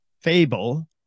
fable